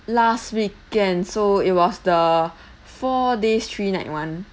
last weekend so it was the four days three night [one]